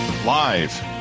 live